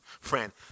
Friend